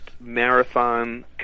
marathon